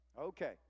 Okay